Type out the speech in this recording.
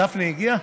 גפני הגיע?